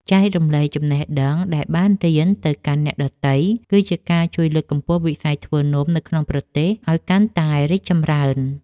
ចែករំលែកចំណេះដឹងដែលបានរៀនទៅកាន់អ្នកដទៃ គឺជាការជួយលើកកម្ពស់វិស័យធ្វើនំនៅក្នុងប្រទេសឱ្យកាន់តែរីកចម្រើន។